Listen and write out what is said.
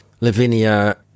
Lavinia